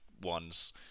ones